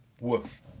Woof